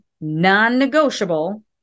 non-negotiable